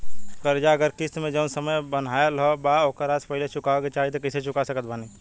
कर्जा अगर किश्त मे जऊन समय बनहाएल बा ओतना से पहिले चुकावे के चाहीं त कइसे चुका सकत बानी?